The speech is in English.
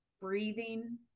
breathing